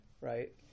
right